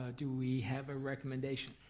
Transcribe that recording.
ah do we have a recommendation?